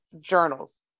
journals